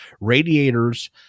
radiators